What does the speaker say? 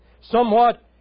somewhat